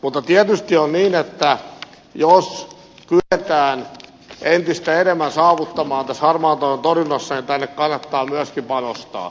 mutta tietysti on niin että jos kyetään entistä enemmän saavuttamaan tässä harmaan talouden torjunnassa niin tänne kannattaa myöskin panostaa